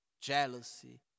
jealousy